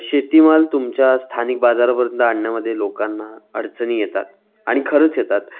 शेतीमाल तुमच्या स्थानिक बाजारपर्यंत आणण्यामध्ये लोकांना अडचणी येतात आणि खरंच येतात